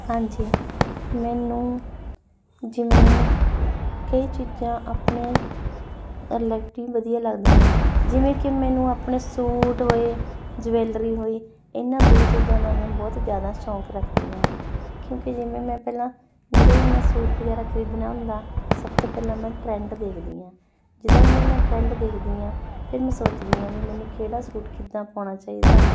ਹਾਂਜੀ ਮੈਨੂੰ ਜਿਵੇਂ ਕਈ ਚੀਜ਼ਾਂ ਆਪਣੇ ਵਧੀਆ ਲੱਗਦੀਆਂ ਹਨ ਜਿਵੇਂ ਕਿ ਮੈਨੂੰ ਆਪਣੇ ਸੂਟ ਹੋਏ ਜਵੈਲਰੀ ਹੋਈ ਇਹਨਾਂ ਦੋ ਚੀਜ਼ਾਂ ਦਾ ਮੈਂ ਬਹੁਤ ਜ਼ਿਆਦਾ ਸ਼ੌਂਕ ਰੱਖਦੀ ਹਾਂ ਕਿਉਂਕਿ ਜਿਵੇਂ ਮੈਂ ਪਹਿਲਾਂ ਜਦੋਂ ਵੀ ਮੈਂ ਸੂਟ ਵਗੈਰਾ ਖਰੀਦਣਾ ਹੁੰਦਾ ਸਭ ਤੋਂ ਪਹਿਲਾਂ ਮੈਂ ਟਰੈਂਡ ਦੇਖਦੀ ਹਾਂ ਜਦੋਂ ਵੀ ਮੈਂ ਟਰੈਂਡ ਦੇਖਦੀ ਹਾਂ ਫਿਰ ਮੈਂ ਸੋਚਦੀ ਹਾਂ ਵੀ ਮੈਨੂੰ ਕਿਹੜਾ ਸੂਟ ਕਿੱਦਾਂ ਪਾਉਣਾ ਚਾਹੀਦਾ